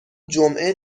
جمعه